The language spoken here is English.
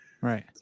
Right